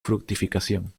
fructificación